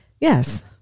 yes